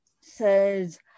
says